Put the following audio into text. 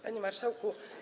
Panie Marszałku!